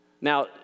Now